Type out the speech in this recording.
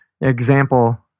example